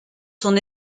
son